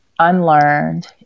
unlearned